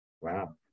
Wow